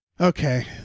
Okay